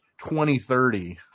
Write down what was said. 2030